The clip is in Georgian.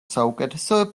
საუკეთესო